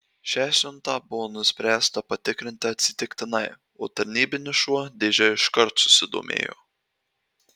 šią siuntą buvo nuspręsta patikrinti atsitiktinai o tarnybinis šuo dėže iškart susidomėjo